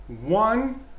One